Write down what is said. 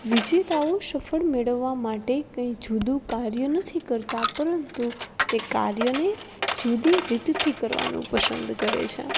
વિજેતાઓ સફળ મેળવવા માટે કંઈ જૂદું કાર્ય નથી કરતા પરંતુ તે કાર્યને જુદી રીતથી કરવાનું પસંદ કરે છે